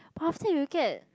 but after you get